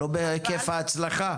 אבל לא בהיקף ההצלחה.